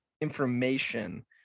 information